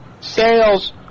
sales